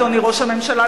אדוני ראש הממשלה,